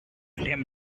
him